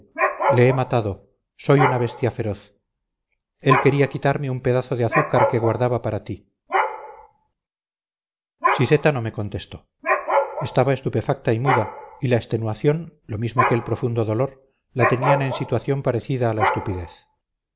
le he matado soy una bestia feroz él quería quitarme un pedazo de azúcar que guardaba para ti siseta no me contestó estaba estupefacta y muda y la extenuación lo mismo que el profundo dolor la tenían en situación parecida a la estupidez